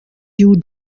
you